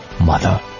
Mother